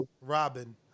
Robin